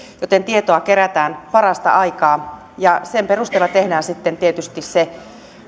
joten tietoa kerätään parasta aikaa ja sen perusteella tehdään sitten tietysti se